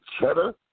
cheddar